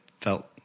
felt